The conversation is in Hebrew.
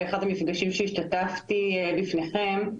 באחד המפגשים שהשתתפתי בפניכם,